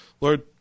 Lord